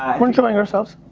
we're enjoying ourselves.